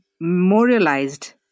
memorialized